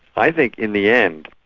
i think in the end,